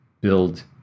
build